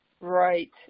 Right